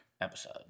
episode